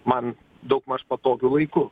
man daugmaž patogiu laiku